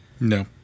No